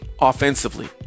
offensively